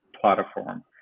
platform